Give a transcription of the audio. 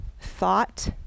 thought